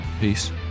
Peace